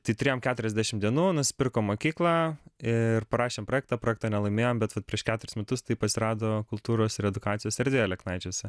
tai turėjom keturiasdešim dienų nusipirkom mokyklą ir parašėm projektą projektą nelaimėjom bet vat prieš keturis metus taip atsirado kultūros ir edukacijos erdvė aleknaičiuose